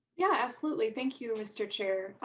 yeah, absolutely thank you. mister chair.